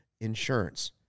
insurance